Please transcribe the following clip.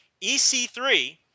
EC3